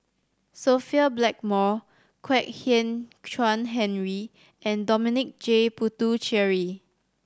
Sophia Blackmore Kwek Hian Chuan Henry and Dominic J Puthucheary